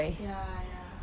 ya ya